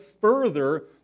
further